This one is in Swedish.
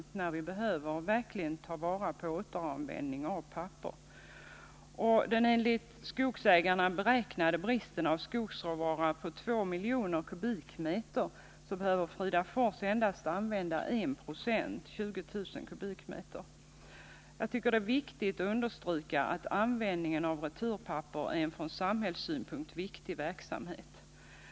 Vi behöver ju verkligen ta vara på de möjligheter som finns när det gäller återanvändningen av papper. Av den enligt Skogsägarna beräknade bristen på skogsråvara på 2 miljoner m? behöver Fridafors endast använda 1 96, ca 20 000 m?. Det är viktigt att understryka att användningen av returpapper är en från samhällssynpunkt viktig verksamhet.